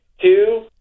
two